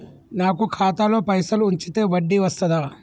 నాకు ఖాతాలో పైసలు ఉంచితే వడ్డీ వస్తదా?